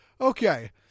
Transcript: Okay